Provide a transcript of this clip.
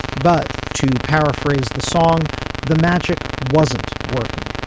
but to paraphrase the song the magic wasn't working.